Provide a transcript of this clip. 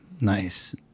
nice